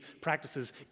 practices